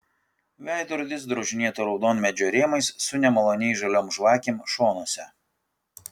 veidrodis drožinėto raudonmedžio rėmais su nemaloniai žaliom žvakėm šonuose